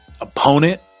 opponent